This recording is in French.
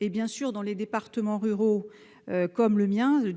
tout court. Dans les départements ruraux comme le mien- le